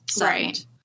right